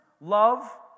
love